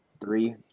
three